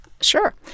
Sure